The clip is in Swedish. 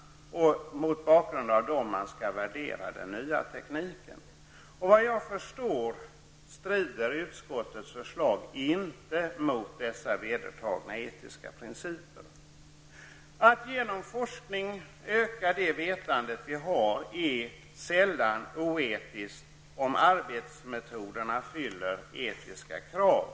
Det är också mot bakgrund av dessa som den nya tekniken skall värderas. Såvitt jag förstår strider utskottets förslag inte mot dessa vedertagna etiska principer. Att genom forskning öka vårt vetande är sällan oetiskt -- om bara arbetsmetoderna uppfyller de etiska kraven.